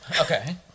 okay